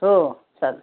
हो चालेल